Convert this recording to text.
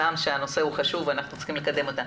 שהנושא חשוב ואנחנו צריכים לקדם אותו.